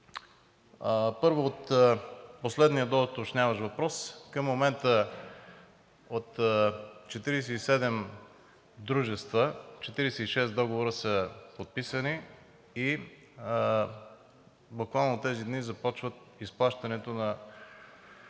Първо, от последния доуточняващ въпрос. Към момента от 47 дружества 46 договора са подписани и буквално тези дни започват изплащането на